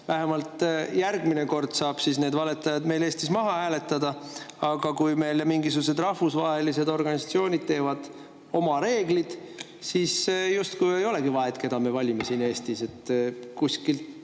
vähemalt järgmine kord saab need valetajad meil Eestis maha hääletada. Aga kui mingisugused rahvusvahelised organisatsioonid teevad meile oma reeglid, siis justkui ei olegi vahet, keda me valime siin Eestis. Kuskilt